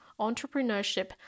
entrepreneurship